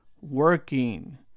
working